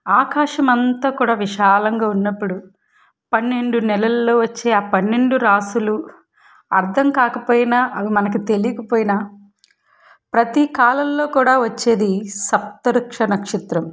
ఆకాశమం అంతా కూడా విశాలంగా ఉన్నప్పుడు పన్నెండు నెలలలో వచ్చే ఆ పన్నెండు రాశులు అర్ధం కాకపోయినా అవి మనకి తెలియకపోయిన ప్రతికాలంలో కూడా వొచ్చేది సప్తర్షి నక్షత్రం